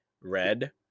red